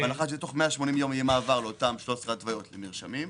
בהנחה שתוך 180 יום יהיה מעבר לאותן 13 התוויות לרשיונות,